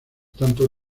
tanto